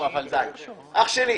אח שלי,